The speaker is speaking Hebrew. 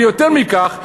ויותר מכך,